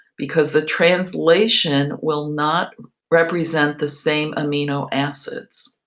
because the translation will not represent the same amino acids.